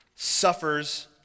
suffers